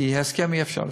כי הסכם אי-אפשר לפתוח.